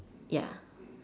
ya